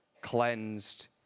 cleansed